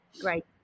Great